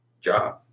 job